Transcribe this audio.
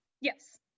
Yes